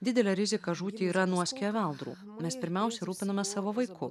didelė rizika žūti yra nuo skeveldrų mes pirmiausia rūpinamės savo vaiku